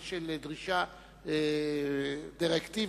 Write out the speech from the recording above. של דרישה דירקטיבית,